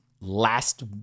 last